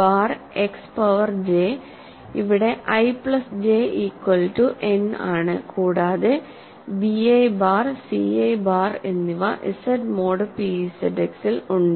bar X power j ഇവിടെ i plus j equal to n ആണ് കൂടാതെ bi bar ci bar എന്നിവ Z mod p ZX ൽ ഉണ്ട്